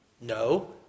No